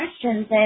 questions